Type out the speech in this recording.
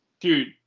Dude